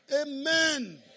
Amen